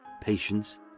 patience